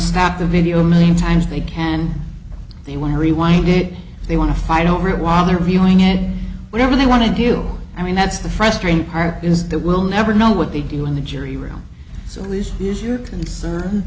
stop the video a million times they can they want to rewind it they want to fight over it while they're viewing it whenever they want to deal i mean that's the frustrating part is that we'll never know what they do in the jury room so this is your concern